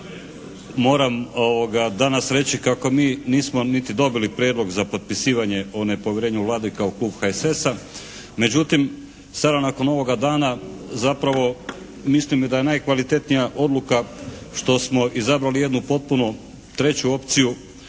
moram danas reći kako mi nismo niti dobili prijedlog za potpisivanje o nepovjerenju Vlade kao klub HSS-a. Međutim sada nakon ovoga dana zapravo mislimo da je najkvalitetnija odluka što smo izabrali jednu potpuno treću opciju,